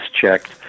checked